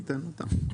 ניתן אותה.